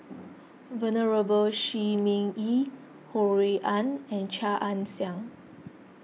Venerable Shi Ming Yi Ho Rui An and Chia Ann Siang